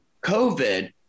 COVID